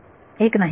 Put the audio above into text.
1 नाही